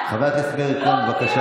למאיר,